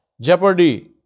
jeopardy